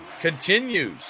continues